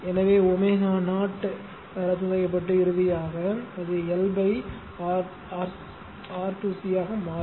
எனவே ω0 ω0 ரத்து செய்யப்பட்டு இறுதியாக அது L R 2 C ஆக மாறும்